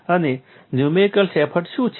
અને numerical effort શું છે